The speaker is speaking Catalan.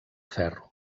ferro